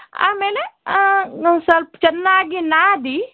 ಆಮೇಲೆ ಸ್ವಲ್ಪ ಚೆನ್ನಾಗಿ ನಾದಿ